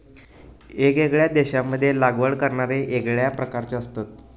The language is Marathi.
येगयेगळ्या देशांमध्ये लागवड करणारे येगळ्या प्रकारचे असतत